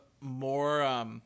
more